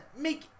make